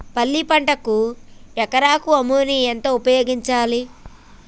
పల్లి పంటకు ఎకరాకు అమోనియా ఎంత ఉపయోగించాలి?